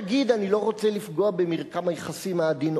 תגיד: אני לא רוצה לפגוע במרקם היחסים העדין,